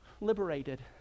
liberated